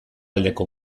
aldeko